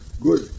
good